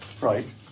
right